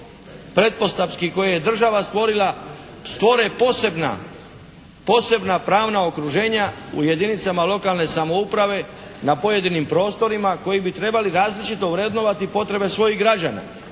pretpostavki koje je država stvorila stvore posebna pravna okruženja u jedinicama lokalne samouprave na pojedinim prostorima koji bi trebali različito vrednovati potrebe svojih građana.